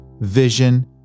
vision